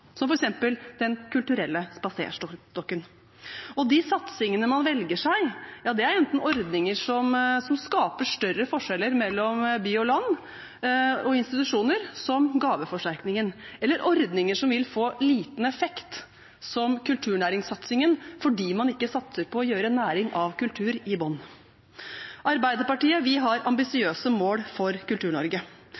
som f.eks. Den kulturelle spaserstokken. De satsingene man velger seg, er enten ordninger som skaper større forskjeller mellom by og land og institusjoner som gaveforsterkningsordningen, eller ordninger som vil få liten effekt, som, kulturnæringssatsingen, fordi man ikke satser på å gjøre næring av kultur i bunnen. Arbeiderpartiet har